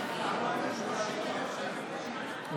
20,000 שקל בשנה, 30,000 בשנה, כמה?